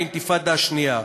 באינתיפאדה השנייה,